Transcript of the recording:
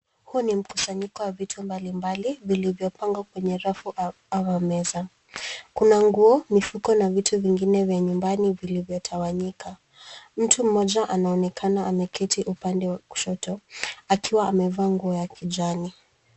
Huu ni mkusanyiko wa vitu mbalimbali vilivyopangwa kwenye rafu ama meza. Kuna nguo, mifuko na vitu vingine vya nyumbani vilivyotawanyika. Mtu mmoja ameketi upande wa kushoto, akiwa amevaa nguo ya kijani.